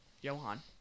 Johan